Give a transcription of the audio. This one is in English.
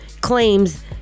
claims